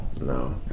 No